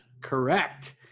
Correct